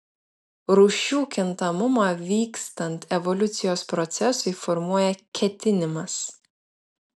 rūšių kintamumą vykstant evoliucijos procesui formuoja ketinimas